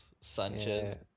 Sanchez